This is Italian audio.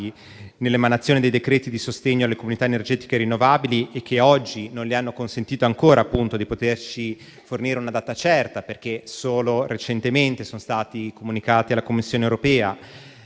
nell'emanazione dei decreti di sostegno alle comunità energetiche rinnovabili, che oggi non le hanno consentito ancora di poterci fornire una data certa, perché solo recentemente sono stati comunicati alla Commissione europea.